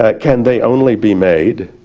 ah can they only be made